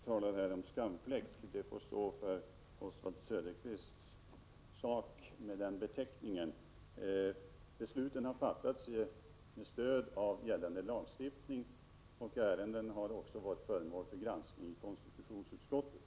Herr talman! Oswald Söderqvist talar här om skamfläck. Den beteckningen får Oswald Söderqvist själv stå för. Besluten har fattats med stöd av gällande lagstiftning. Ärendena har också varit föremål för granskning av konstitutionsutskottet.